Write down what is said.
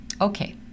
Okay